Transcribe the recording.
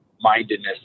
mindedness